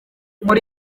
muri